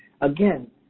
again